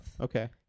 okay